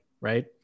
right